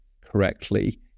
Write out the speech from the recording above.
correctly